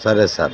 సరే సార్